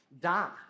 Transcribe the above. die